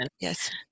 Yes